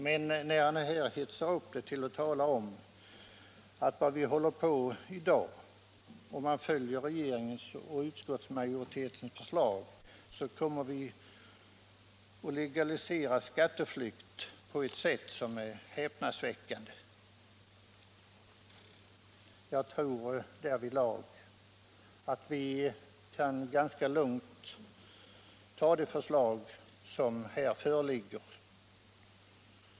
Men i dag säger han att om man följer regeringens och utskottsmajoritetens förslag kommer man att legalisera skatteflykt. Jag tror att vi ganska lugnt kan ta det förslag som här föreligger.